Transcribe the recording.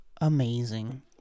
amazing